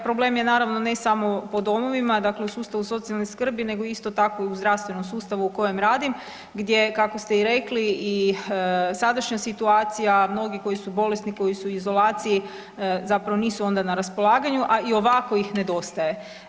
Problem je naravno ne samo po domovima dakle u sustavu socijalne skrbi, nego isto tako i u zdravstvenom sustavu u kojem radi gdje kako ste i rekli i sadašnja situacija mnogih koji su bolesni, koji su u izolaciji zapravo nisu onda na raspolaganju, a i ovako ih nedostaje.